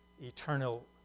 eternal